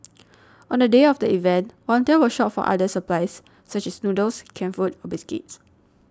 on the day of the event volunteers will shop for other supplies such as noodles canned food or biscuits